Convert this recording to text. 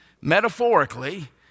metaphorically